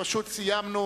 סיימנו